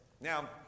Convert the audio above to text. Now